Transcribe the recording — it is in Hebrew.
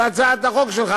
להצעת החוק שלך.